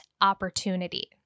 opportunity